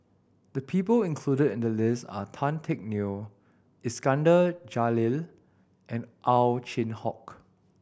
the people included in the list are Tan Teck Neo Iskandar Jalil and Ow Chin Hock